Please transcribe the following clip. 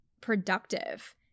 productive